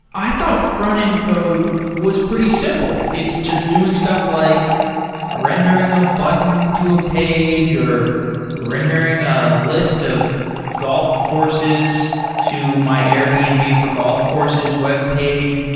i thought front-end code was pretty simple. it's just doing stuff like rendering a button to a page, or rendering a list of golf courses to my airbnb, and for golf course's webpage.